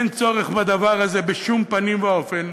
אין צורך בדבר הזה בשום פנים ואופן,